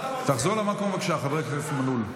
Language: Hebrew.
תחזור למקום, בבקשה, חבר הכנסת מלול.